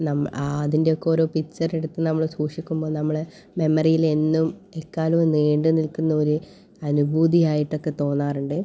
നം ആതിൻ്റെ ഒക്കെ ഒരു പിക്ച്ചർ എടുത്ത് നമ്മൾ സൂക്ഷിക്കുമ്പോൾ നമ്മൾ മെമ്മറിയിൽ എന്നും എക്കാലവും നീണ്ട് നിൽക്കുന്ന ഒരു അനുഭൂതി ആയിട്ടൊക്കെ തോന്നാറുണ്ട്